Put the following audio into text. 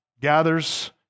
gathers